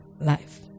life